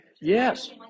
Yes